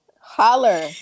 holler